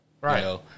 Right